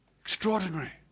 Extraordinary